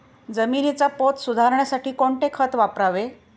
जमिनीचा पोत सुधारण्यासाठी कोणते खत वापरावे?